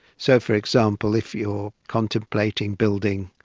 so, for example, if you're contemplating building,